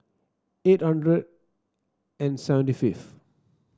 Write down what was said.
eight hundred and seventy fifth